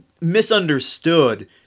misunderstood